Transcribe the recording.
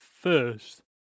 first